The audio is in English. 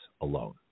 alone